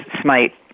smite